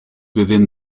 within